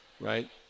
right